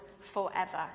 forever